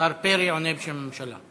השר פרי עונה בשם הממשלה.